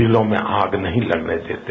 दिलों में आग नही लगने देते